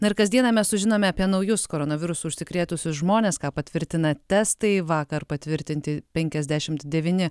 na ir kasdieną mes sužinome apie naujus koronavirusu užsikrėtusius žmones ką patvirtina testai vakar patvirtinti penkiasdešimt devyni